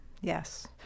yes